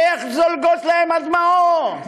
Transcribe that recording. איך זולגות להם הדמעות